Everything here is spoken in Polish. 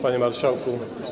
Panie Marszałku!